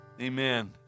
amen